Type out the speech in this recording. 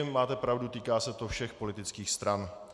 Máte pravdu, týká se to všech politických stran.